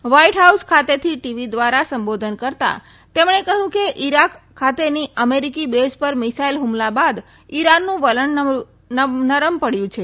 white House ખાતેથી TV દ્રારા સંબોધન કરતા તેમણે કહ્યું કે ઈરાક ખાતેના અમેરિકી બેઝ પર મિસાઈલ હુમલા બાદ ઈરાનનું વલણ નરમ બન્યું છે